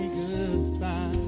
goodbye